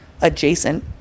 adjacent